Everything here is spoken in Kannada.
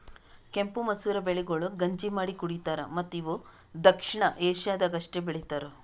ಕೆಂಪು ಮಸೂರ ಬೆಳೆಗೊಳ್ ಗಂಜಿ ಮಾಡಿ ಕುಡಿತಾರ್ ಮತ್ತ ಇವು ದಕ್ಷಿಣ ಏಷ್ಯಾದಾಗ್ ಅಷ್ಟೆ ಬೆಳಿತಾರ್